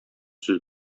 сүз